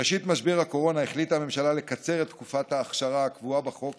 בראשית משבר הקורונה החליטה הממשלה לקצר את תקופת האכשרה הקבועה בחוק